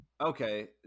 Okay